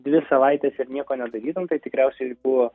dvi savaites ir nieko nedarytum tikriausiai buvo